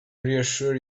reassure